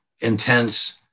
intense